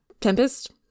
Tempest